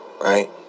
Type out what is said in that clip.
right